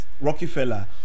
Rockefeller